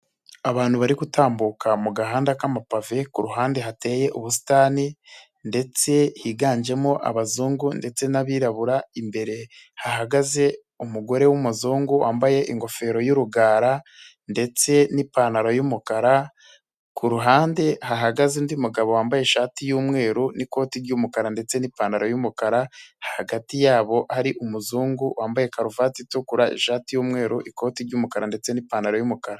Abantu bari gutambuka mu gahanga k'amapave, ku ruhande hateye ubusitani ndetse higanjemo abazungu ndetse n'abirabura, imbere hahagaze umugore w'umuzungu wambaye ingofero y'urugara ndetse n'ipantaro y'umukara, ku ruhande hahagaze undi mugabo wambaye ishati y'umweru n'ikoti ry'umukara ndetse n'ipantaro y'umukara, hagati yabo hari umuzungu wambaye karuvati itukura, ishati y'umweru, ikoti ry'umukara ndetse n'ipantaro y'umukara.